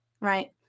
right